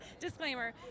Disclaimer